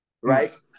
right